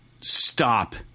stop